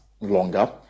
longer